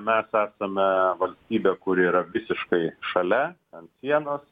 mes esame valstybė kuri yra visiškai šalia ant sienos